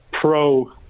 pro